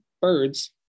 birds